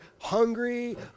hungry